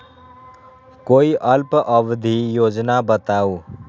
कोई अल्प अवधि योजना बताऊ?